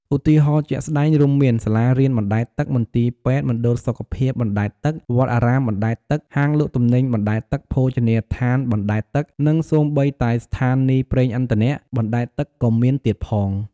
ឧទាហរណ៍ជាក់ស្ដែងរួមមាន សាលារៀនបណ្ដែតទឹក មន្ទីរពេទ្យ មណ្ឌលសុខភាពបណ្ដែតទឹក វត្តអារាមបណ្ដែតទឹក ហាងលក់ទំនិញបណ្ដែតទឹក ភោជនីយដ្ឋានបណ្ដែតទឹក និងសូម្បីតែស្ថានីយប្រេងឥន្ធនៈបណ្ដែតទឹកក៏មានទៀតផង។